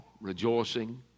rejoicing